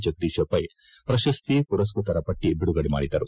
ಜಗದೀಶ ಪೈ ಪ್ರಶ್ತಿ ಮರಸ್ನತರ ಪಟ್ಟಿ ಬಿಡುಗಡೆ ಮಾಡಿದರು